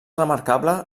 remarcable